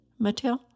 Matil